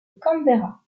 canberra